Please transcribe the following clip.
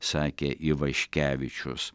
sakė ivaškevičius